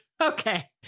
okay